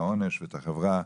העונש והחברה?